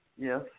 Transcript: Yes